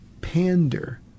pander